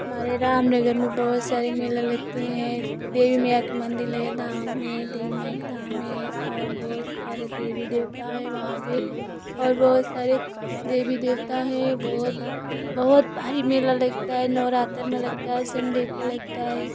हमारे रामनगर में बहुत सारा मेला लगता है देवी मैया का मंदिर है धाम मे देवी मैया का धाम है और बहुत सारे देवी देवता है वहाँ पे और बहुत सारे देवी देवता हैं बहुत बहुत भारी मेला लगता है नवरात्रि में लगता है संडे को लगता है